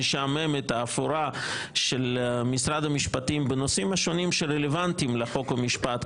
המשעממת והאפורה של משרד המשפטים בנושאים השונים שרלוונטיים לחוק ומשפט,